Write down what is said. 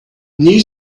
new